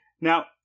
Now